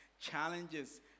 challenges